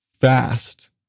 fast